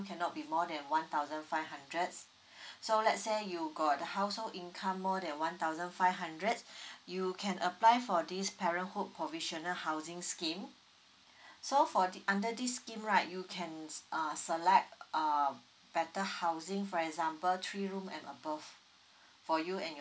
cannot be more than one thousand five hundreds so let's say you got the household income more that one thousand five hundreds you can apply for this parenthood provisional housing scheme so for the under this scheme right you can s~ uh select a better housing for example three room and abpve